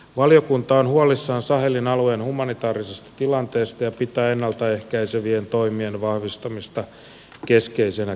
valiokunta on huolissaan sahelin alueen humanitaarisesta tilanteesta ja pitää ennalta ehkäisevien toimien vahvistamista keskeisenä kriisinhallinnassa